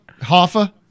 Hoffa